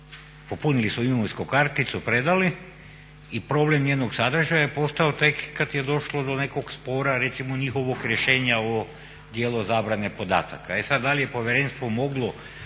popunili su imovinsku karticu i predali i problem njenog sadržaja je postao tek kad je došlo do nekog spora recimo njihovog rješenja o dijelu zabrane podataka. E sad, da li je povjerenstvo moglo